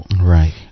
Right